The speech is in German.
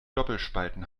doppelspalten